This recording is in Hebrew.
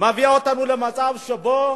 המביאה אותנו למצב שבו